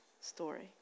story